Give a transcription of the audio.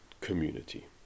community